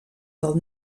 del